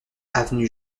avenue